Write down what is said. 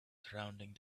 surrounding